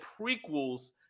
prequels